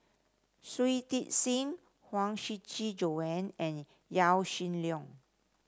Shui Tit Sing Huang Shiqi Joan and Yaw Shin Leong